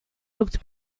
looked